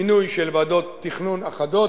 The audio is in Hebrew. מינוי של ועדות תכנון אחדות,